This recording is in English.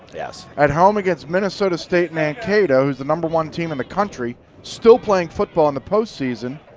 yeah at home against minnesota state mankato, who is the number one team in the country, still playing football in the post season,